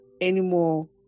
anymore